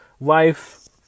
life